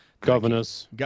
Governors